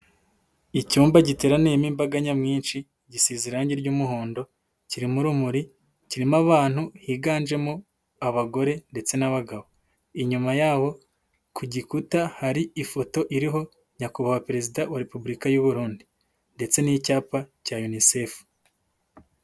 Icyumba giteraniyemo imbaga nyamwinshi, gisize irangi ry'umuhondo, kirimo urumuri, kirimo abantu higanjemo abagore ndetse n'abagabo. Inyuma yabo ku gikuta hari ifoto iriho Nyakubahwa Perezida wa Repubulika y'u Burundi ndetse n'icyapa cya UNICEF.